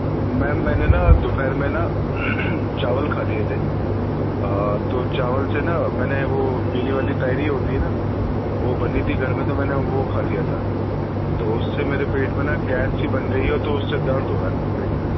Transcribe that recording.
میم میں نے نا دوپہر میں نا چاول کھا لیے تھے تو چاول سے نا میں نے وہ پیلی والی تہڑی ہوتی ہے نا وہ بنی تھی گھر میں تو میں نے وہ کھا لیا تھا تو اس سے میرے پیٹ میں نا گیس سی بن گئی ہے تو اس سے درد ہو رہا ہے میرے پیٹ میں